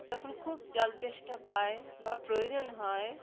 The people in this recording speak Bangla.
যখন খুব জল তেষ্টা পায় বা প্রয়োজন হয়